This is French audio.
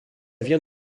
vient